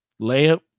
layup